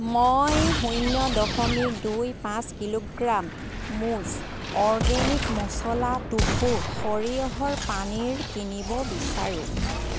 মই শূন্য দশমিক দুই পাঁচ কিলোগ্ৰাম মুজ অৰ্গেনিক মছলা টোফু সৰিয়হৰ পানীৰ কিনিব বিচাৰোঁ